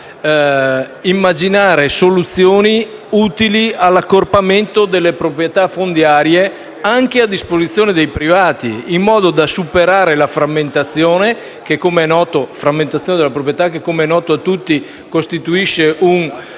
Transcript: opportuno immaginare soluzioni utili all'accorpamento delle proprietà fondiarie anche a disposizione dei privati, in modo da superare la frammentazione della proprietà che - come è noto a tutti - costituisce un